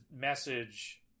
message